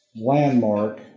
landmark